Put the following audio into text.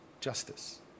justice